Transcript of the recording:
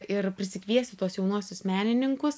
ir prisikviesti tuos jaunuosius menininkus